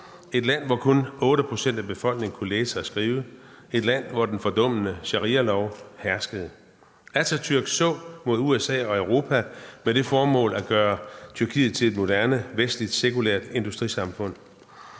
på, og hvor kun 8 pct. af befolkningen kunne læse og skrive. Et land, hvor den fordummende sharialov herskede. Atatürk så mod USA og Europa med det formål at gøre Tyrkiet til et moderne, vestligt og sekulært industrisamfund.